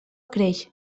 creix